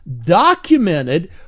documented